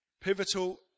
pivotal